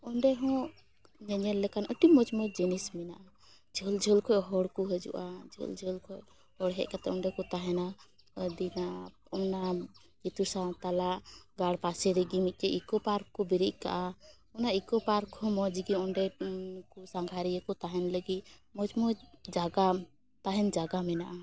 ᱚᱸᱰᱮ ᱦᱚᱸ ᱧᱮᱧᱮᱞ ᱞᱮᱠᱟᱱ ᱟᱹᱰᱤ ᱢᱚᱡᱽ ᱢᱚᱡᱽ ᱡᱤᱱᱤᱥ ᱢᱮᱱᱟᱜᱼᱟ ᱡᱷᱟᱹᱞ ᱡᱷᱟᱹᱞ ᱠᱷᱚᱡ ᱦᱚᱲ ᱠᱚ ᱦᱟᱡᱩᱜᱼᱟ ᱡᱷᱟᱹᱞ ᱡᱷᱟᱹᱞ ᱠᱷᱚᱡ ᱦᱚᱲ ᱦᱮᱡ ᱠᱟᱛᱮᱫ ᱚᱸᱰᱮ ᱠᱚ ᱛᱟᱦᱮᱱᱟ ᱟᱹᱫᱤᱱᱟ ᱚᱱᱟ ᱡᱤᱛᱩ ᱥᱟᱶᱛᱟᱞᱟᱜ ᱜᱟᱲ ᱯᱟᱥᱮ ᱨᱮᱜᱮ ᱢᱤᱫᱴᱮᱡ ᱤᱠᱳ ᱯᱟᱨᱠ ᱠᱩ ᱵᱮᱨᱮᱫ ᱠᱟᱜᱼᱟ ᱚᱱᱟ ᱤᱠᱳ ᱯᱟᱨᱠ ᱦᱚᱸ ᱢᱚᱡᱽ ᱜᱮ ᱚᱸᱰᱮ ᱩᱝᱠᱩ ᱥᱟᱸᱜᱷᱟᱨᱤᱭᱟᱹ ᱠᱚ ᱛᱟᱦᱮᱱ ᱞᱟᱹᱜᱤᱫ ᱢᱚᱡᱽ ᱢᱚᱡᱽ ᱡᱟᱭᱜᱟ ᱛᱟᱦᱮᱱ ᱡᱟᱭᱜᱟ ᱢᱮᱱᱟᱜᱼᱟ